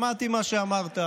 שמעתי מה שאמרת.